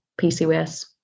PCOS